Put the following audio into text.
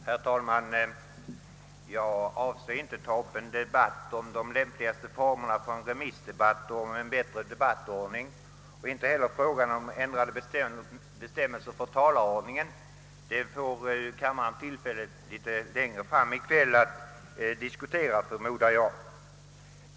Herr talman! Jag avser inte att ta upp en diskussion om de lämpligaste formerna för en remissdebatt, om en bättre debattordning eller om ändrade bestämmelser för talarordningen — det får kammaren litet längre fram i kväll tillfälle att diskutera, förmodar jag.